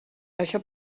això